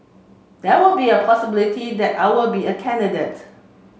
there will be a possibility that I'll be a candidate